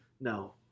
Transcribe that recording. No